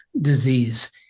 disease